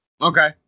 Okay